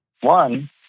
One